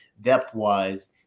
depth-wise